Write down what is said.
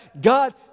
God